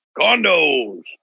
Condos